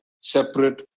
separate